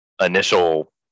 initial